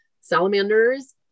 salamanders